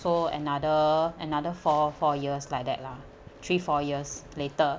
so another another four four years like that lah three four years later